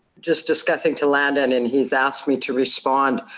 just discussing to landon, and he's asked me to respond